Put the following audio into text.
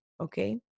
Okay